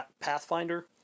Pathfinder